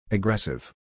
Aggressive